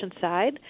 side